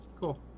cool